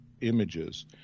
images